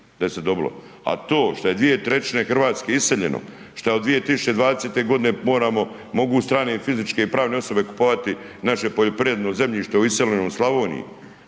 a to što je 2/3 Hrvatske iseljeno, šta od 2020. g. mogu strane i fizičke i pravne osobe kupovati naše poljoprivredno zemljište u iseljenoj Slavoniji,